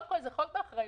קודם כל, זה חוק באחריותנו.